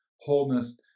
wholeness